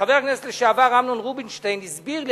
כשחבר הכנסת לשעבר אמנון רובינשטיין הסביר לי,